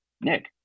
Nick